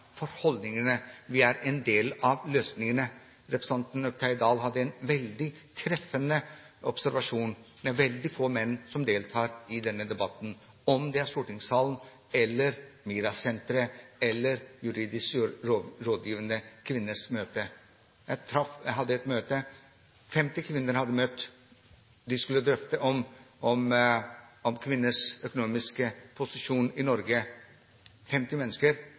holdningene. Vi er en del av løsningene. Representanten Oktay Dahl hadde en veldig treffende observasjon. Det er veldig få menn som deltar i denne debatten – om det er i stortingssalen eller på MiRA-senteret eller på juridisk rådgivende kvinners møte. Jeg var på et møte. 50 kvinner hadde møtt – de skulle drøfte kvinners økonomiske posisjon i Norge, 50 mennesker.